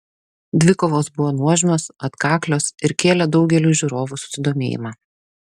dvikovos buvo nuožmios atkaklios ir kėlė daugeliui žiūrovų susidomėjimą